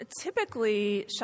typically